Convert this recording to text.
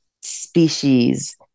species